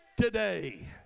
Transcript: today